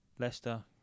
Leicester